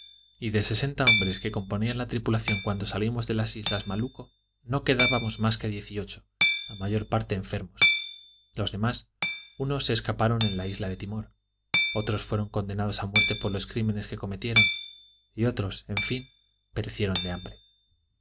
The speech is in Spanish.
y de sesenta hombres que componían la tripulación cuando salimos de las islas malucco no quedábamos más que diez y ocho la mayor parte enfermos los demás unos se escaparon en la isla de timor otros fueron condenados a muerte por los crímenes que cometieron y otros en fin perecieron de hambre